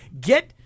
get